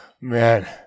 man